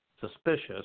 suspicious